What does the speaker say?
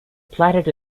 platted